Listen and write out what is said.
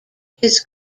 his